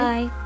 Bye